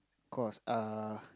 course uh